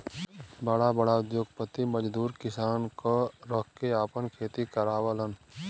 बड़ा बड़ा उद्योगपति मजदूर किसानन क रख के आपन खेती करावलन